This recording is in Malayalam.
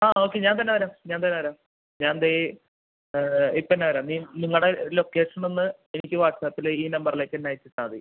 ആ ഓക്കെ ഞാൻ തന്നെ വരാം ഞാൻ തന്നെ വരാം ഞാൻ ദേ ഇപ്പം തന്നെ വരാം നിങ്ങളുടെ ലൊക്കേഷൻ ഒന്ന് എനിക്ക് വാട്ട്സപ്പില് ഈ നമ്പറിലേക്ക് തന്നെ അയച്ചിട്ടാൽ മതി